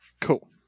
cool